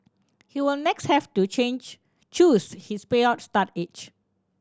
he would next have to change choose his payout start age